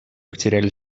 потеряли